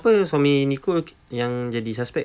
kenapa suami nicole yang jadi suspect